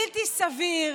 בלתי סביר,